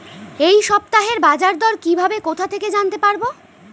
এই সপ্তাহের বাজারদর কিভাবে কোথা থেকে জানতে পারবো?